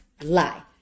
Lie